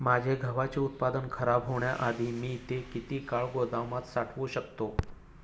माझे गव्हाचे उत्पादन खराब होण्याआधी मी ते किती काळ गोदामात साठवू शकतो?